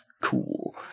cool